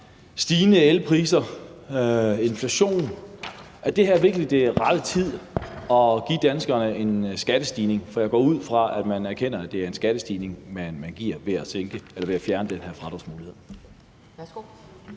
stigende elpriser og inflation. Er det her virkelig det rette tidspunkt at give danskerne en skattestigning, for jeg går ud fra, at man erkender, at det er en skattestigning, man giver ved at fjerne den her fradragsmulighed?